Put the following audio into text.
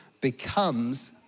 becomes